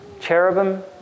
cherubim